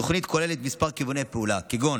התוכנית כוללת כמה כיווני פעולה, כגון